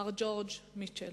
מר ג'ורג' מיטשל.